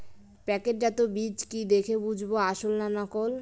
প্যাকেটজাত বীজ কি দেখে বুঝব আসল না নকল?